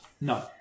No